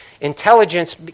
Intelligence